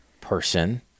person